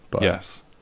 Yes